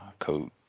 code